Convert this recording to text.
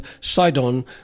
Sidon